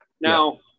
Now